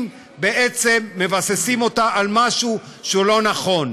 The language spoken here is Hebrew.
בעצם מבססים אותה על משהו שהוא לא נכון.